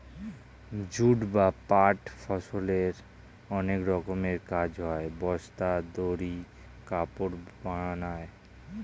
jute বা পাট ফসলের অনেক রকমের কাজ হয়, বস্তা, দড়ি, কাপড় বানায়